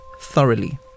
thoroughly